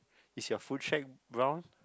is your food shack brown